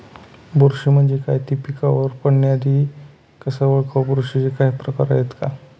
बुरशी म्हणजे काय? तो पिकावर पडण्याआधी कसे ओळखावे? बुरशीचे काही प्रकार आहेत का?